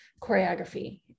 choreography